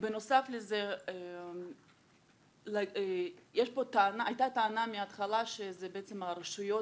בנוסף לזה הייתה טענה בהתחלה שבעצם הרשויות